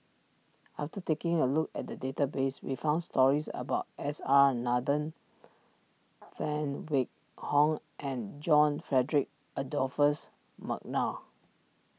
after taking a look at the database we found stories about S R Nathan Phan Wait Hong and John Frederick Adolphus McNair